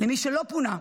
למי שלא פונה,